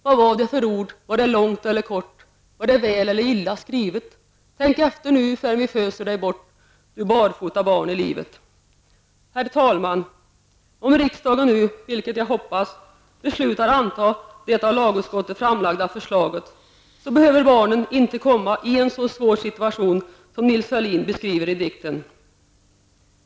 Vad var det för ord, var det långt eller kort var det väl eller illa skrivet? Tänk efter nu förrän vi föser dig bort Herr talman! Om riksdagen nu, vilket jag hoppas, beslutar anta det av lagutskottet framlagda förslaget, så behöver barnen inte komma i en så svår situation som Nils Ferlin beskriver i dikten.